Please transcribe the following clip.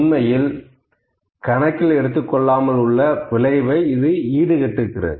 உண்மையில் கணக்கில் எடுத்துக் கொள்ளாமல் உள்ள விளைவை இது ஈடுகட்டுகிறது